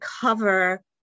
cover